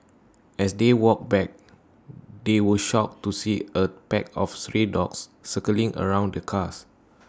as they walked back they were shocked to see A pack of stray dogs circling around the cars